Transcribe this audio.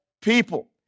people